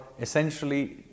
essentially